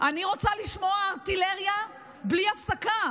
אני רוצה לשמוע ארטילריה בלי הפסקה,